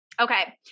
Okay